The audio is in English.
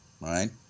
right